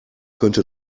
könnte